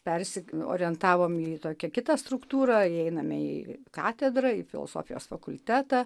persiorientavom į tokią kitą struktūrą įeiname į katedrą į filosofijos fakultetą